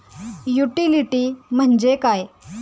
Utility म्हणजे काय?